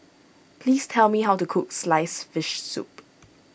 please tell me how to cook Sliced Fish Soup